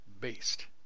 based